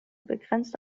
begrenzt